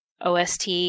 OST